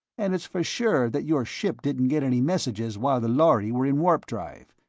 and it's for sure that your ship didn't get any messages while the lhari were in warp-drive.